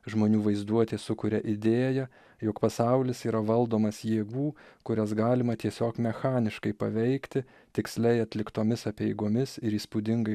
žmonių vaizduotė sukuria idėją jog pasaulis yra valdomas jėgų kurios galima tiesiog mechaniškai paveikti tiksliai atliktomis apeigomis ir įspūdingai